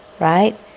Right